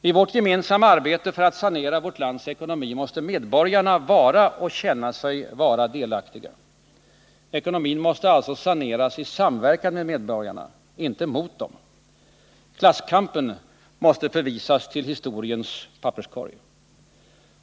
I vårt gemensamma arbete för att sanera vårt lands ekonomi måste medborgarna vara och känna sig delaktiga. Ekonomin måste saneras i samverkan med medborgarna, inte mot dem. Klasskampen måste förvisas till historiens papperskorg.